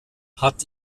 hat